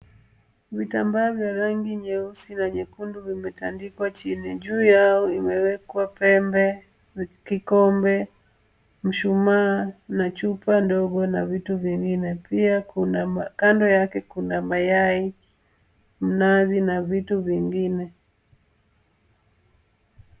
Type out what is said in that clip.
Vitambaa vya rangi nyeusi na nyekundu vimetandikwa chini. Juu yao imewekwa pembe, kikombe, mshumaa na chupa ndogo na vitu vingine. Kando yake kuna mayai, nazi na vitu vingine.